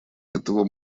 этого